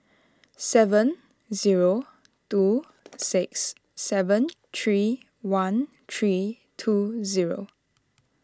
seven zero two six seven three one three two zero